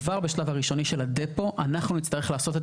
כבר בשלב הראשוני של הדפו אנחנו נצטרך לעשות את